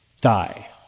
die